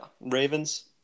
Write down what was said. Ravens